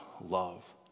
love